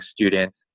students